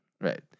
Right